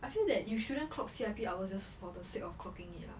I feel that you shouldn't clock C_I_P hours just for the sake of clocking it lah